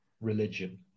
religion